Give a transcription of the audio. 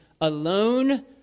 alone